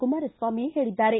ಕುಮಾರಸ್ವಾಮಿ ಹೇಳಿದ್ದಾರೆ